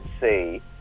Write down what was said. see